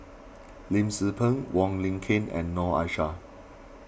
Lim Tze Peng Wong Lin Ken and Noor Aishah